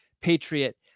patriot